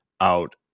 out